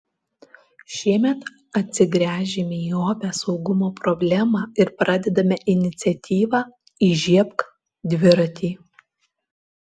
šiemet atsigręžėme į opią saugumo problemą ir pradedame iniciatyvą įžiebk dviratį